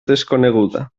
desconeguda